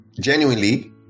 genuinely